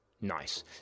nice